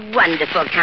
wonderful